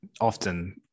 often